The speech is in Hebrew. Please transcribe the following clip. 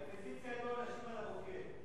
באינקוויזיציה העלו אנשים על המוקד.